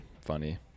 funny